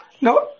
No